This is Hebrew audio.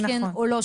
כן או לא,